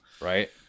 right